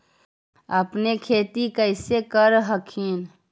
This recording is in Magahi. अपने खेती कैसे कर हखिन?